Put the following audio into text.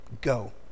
Go